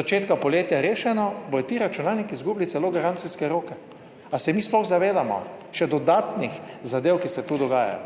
začetka poletja rešeno, bodo ti računalniki izgubili celo garancijske roke. Ali se mi sploh zavedamo še dodatnih zadev, ki se tu dogajajo?